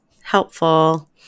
helpful